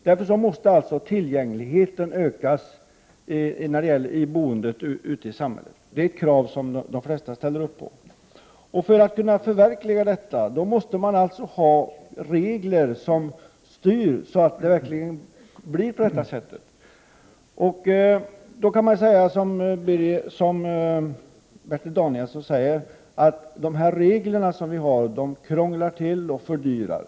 Därför måste tillgängligheten ökas i boendet ute i samhället. Det är ett krav de flesta ställer upp på. För att kunna förverkliga det måste man ha regler som styr. Bertil Danielsson säger att de regler vi har krånglar till och fördyrar.